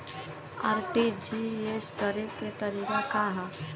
RTGS करे के तरीका का हैं?